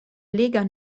lega